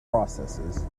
processes